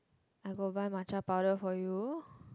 I go buy matcha powder for you